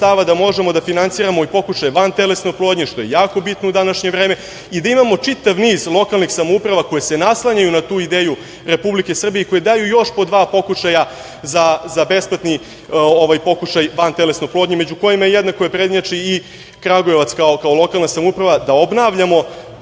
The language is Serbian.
da možemo da finansiramo i pokušaje vantelesne oplodnje, što je jako bitno u današnje vreme i da imamo čitav niz lokalnih samouprava koje se naslanjaju na tu ideju Republike Srbije i koji daju još po dva pokušaja za besplatni pokušaj vantelesne oplodnje, među kojima je jedna koja prednjači i Kragujevac kao lokalna samouprava, da obnavljamo